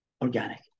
organic